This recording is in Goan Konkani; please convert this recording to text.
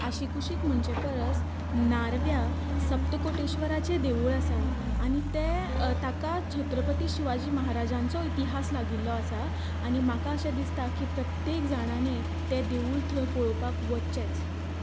आशी कुशीक म्हणचे परस नारव्यां सप्तकोटेश्वराचें देवूळ आसा आनी तें ताका छत्रपती शिवाजी महाराज्यांचो इतिहास लागिल्लो आसा आनी म्हाका अशें दिसता की प्रत्येक जाणांनी तें देवूळ थंय पळोवपाक वचचें